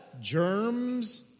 germs